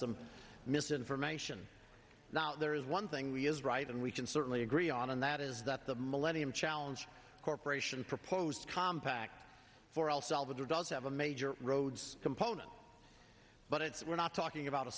some misinformation not there is one thing we is right and we can certainly agree on and that is that the millennium challenge corporation proposed compact for all salva does have a major roads component but it's we're not talking about a